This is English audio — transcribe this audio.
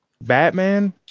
batman